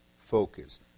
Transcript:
focus